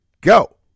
go